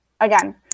again